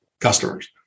customers